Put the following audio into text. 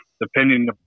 depending